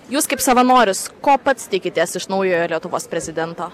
jūs kaip savanoris ko pats tikitės iš naujojo lietuvos prezidento